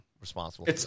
responsible